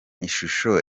ishusho